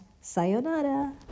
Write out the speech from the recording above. sayonara